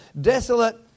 desolate